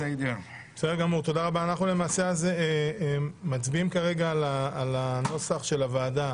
אנחנו מצביעים כרגע על הנוסח של הוועדה